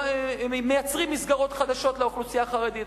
מייצרים מסגרות חדשות לאוכלוסייה החרדית,